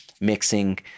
mixing